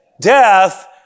death